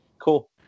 Cool